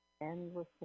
Endless